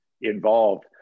involved